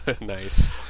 Nice